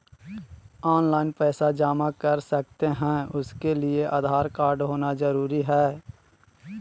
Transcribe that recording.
Online पैसा जमा कर सकते हैं उसके लिए आधार कार्ड होना जरूरी है?